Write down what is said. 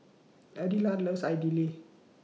Adelard loves Idili